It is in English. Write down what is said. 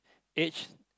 age